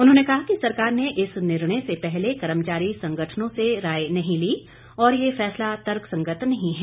उन्होंने कहा कि सरकार ने इस निर्णय से पहले कर्मचारी संगठनों से राय नहीं ली और ये फैसला तर्क संगत नहीं है